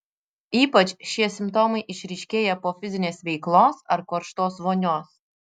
ypač šie simptomai išryškėja po fizinės veiklos ar karštos vonios